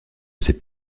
ces